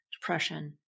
depression